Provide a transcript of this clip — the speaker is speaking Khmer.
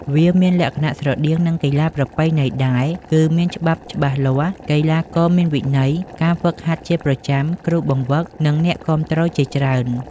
វាមានលក្ខណៈស្រដៀងនឹងកីឡាប្រពៃណីដែរ គឺមានច្បាប់ច្បាស់លាស់ កីឡាករមានវិន័យ ការហ្វឹកហាត់ជាប្រចាំ គ្រូបង្វឹក និងអ្នកគាំទ្រជាច្រើន។